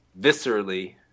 viscerally